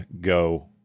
go